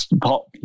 pop